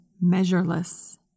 measureless